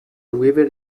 weaver